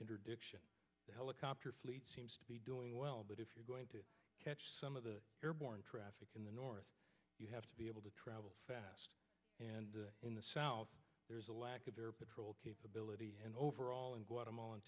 interdiction helicopter fleet seems to be doing well but if you're going to catch some of the airborne traffic in the north you have to be able to travel fast and in the south there is a lack of air patrol capability and overall in guatemalan